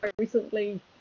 recently